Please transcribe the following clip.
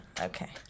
Okay